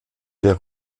der